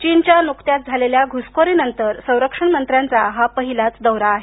चीनच्या नुकत्याच झालेल्या घुसखोरी नंतर संरक्षण मंत्र्यांचा हा पहिलाच दौरा आहे